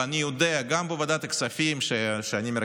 ואני יודע שגם בוועדת הכספים,